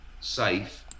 safe